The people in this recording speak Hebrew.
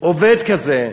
עובד כזה,